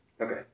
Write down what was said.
Okay